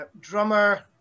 Drummer